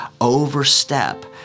overstep